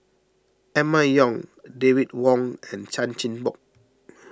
Emma Yong David Wong and Chan Chin Bock